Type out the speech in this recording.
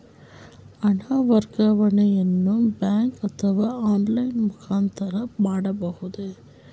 ಹಣ ವರ್ಗಾವಣೆಯನ್ನು ಬ್ಯಾಂಕ್ ಅಥವಾ ಆನ್ಲೈನ್ ಮುಖಾಂತರ ಮಾಡಬಹುದೇ?